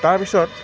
তাৰপিছত